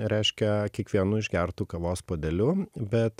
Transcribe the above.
reiškia kiekvienu išgertu kavos puodeliu bet